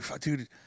Dude